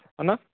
అన్న